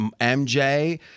MJ